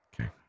Okay